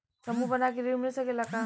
समूह बना के ऋण मिल सकेला का?